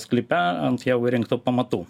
sklype ant jau įrengto pamatų